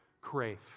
crave